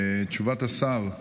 תשובת השר.